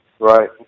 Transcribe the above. Right